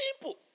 Simple